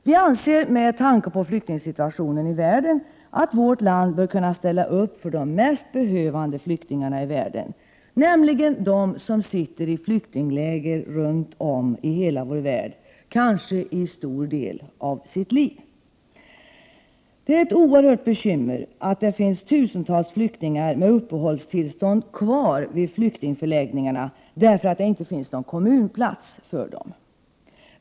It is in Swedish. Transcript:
Vi anser med tanke på flyktingsituationen i världen att vårt land bör kunna ställa upp för de mest behövande flyktingarna i världen, nämligen de som kanske under stor del av sitt liv sitter i flyktingläger runt om i hela vår värld. Det är ett oerhört bekymmer att det finns tusentals flyktingar med uppehållstillstånd kvar vid flyktingförläggningarna på grund av att det inte finns någon kommunplats för dem.